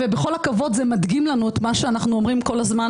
בכל הכבוד זה מדגים לנו את מה שאנחנו אומרים כל הזמן,